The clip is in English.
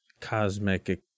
cosmic